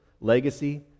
legacy